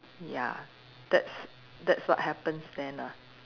ya that's that's what happens then ah